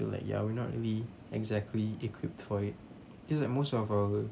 so like ya we not really exactly equipped for it cause like most of our